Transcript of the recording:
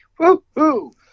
Woohoo